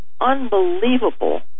unbelievable